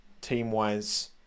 team-wise